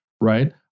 right